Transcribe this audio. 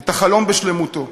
את החלום בשלמותו,